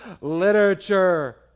literature